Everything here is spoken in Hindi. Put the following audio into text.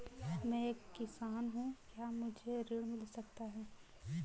मैं एक किसान हूँ क्या मुझे ऋण मिल सकता है?